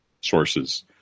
sources